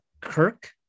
Kirk